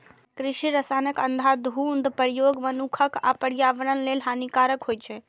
कृषि रसायनक अंधाधुंध प्रयोग मनुक्ख आ पर्यावरण लेल हानिकारक होइ छै